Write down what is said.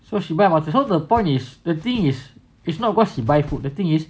so she went about the point is the thing is it's not cause he buy food the thing is